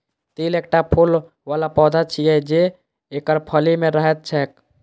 तिल एकटा फूल बला पौधा छियै, जे एकर फली मे रहैत छैक